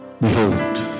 behold